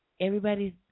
everybody's